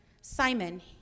Simon